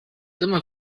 dyma